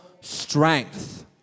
strength